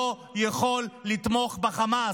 לא יכול לתמוך בחמאס,